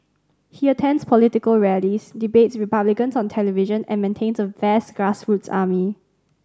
he attends political rallies debates Republicans on television and maintains a vast grassroots army